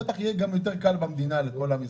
בטח יהיה יותר קל במדינה לכל עם ישראל,